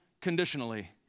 conditionally